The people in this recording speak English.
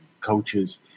coaches